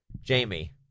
Jamie